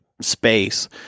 space